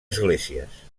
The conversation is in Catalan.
esglésies